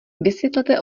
vysvětlete